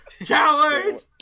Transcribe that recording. COWARD